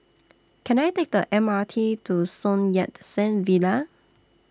Can I Take The M R T to Sun Yat Sen Villa